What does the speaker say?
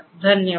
धन्यवाद